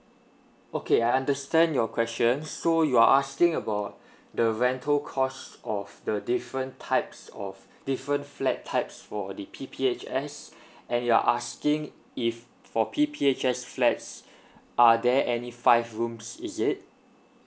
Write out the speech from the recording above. okay I understand your question so you are asking about the rental cost of the different types of different flat types for the P_P_H_S and you are asking if for P_P_H_S flats are there any five rooms is it